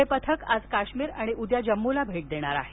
हे पथक आज काश्मीर आणि उद्या जम्मूला भेट देणार आहे